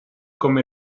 come